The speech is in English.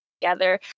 together